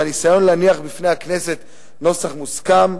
והניסיון להניח בפני הכנסת נוסח מוסכם.